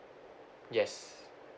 yes